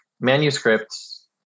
manuscripts